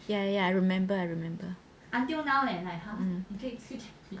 ya ya I remember I remember